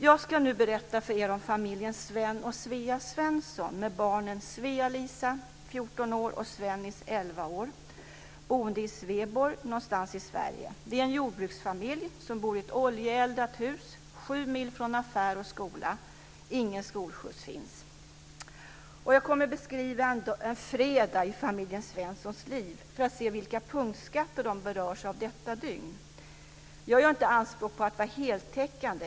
Jag ska nu berätta för er om familjen Sven och Svennis, 11 år. Det bor i Sveborg någonstans i Sverige. Det är en jordbruksfamilj som bor i ett oljeeldat hus sju mil från affär och skola. Ingen skolskjuts finns. Jag kommer att beskriva en fredag i familjen Svenssons liv för att visa vilka punktskatter som de berörs av under detta dygn. Jag gör inte anspråk på att vara heltäckande.